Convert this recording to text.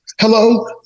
Hello